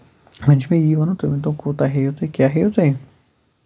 وۄنۍ چھُ مےٚ یی وَنُن تُہۍ ؤنتو کوٗتاہ ہیٚیو تُہۍ کیاہ ہیٚیو تُہۍ